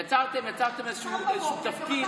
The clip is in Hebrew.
יצרתם איזשהו תפקיד שאין פה.